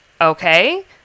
okay